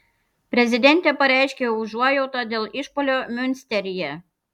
prezidentė pareiškė užuojautą dėl išpuolio miunsteryje